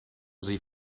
sie